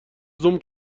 زوم